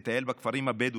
תטייל בכפרים הבדואיים,